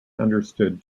understood